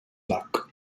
luck